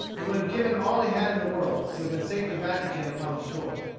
and would have given all he had in the world, to have been safely back again upon the shore.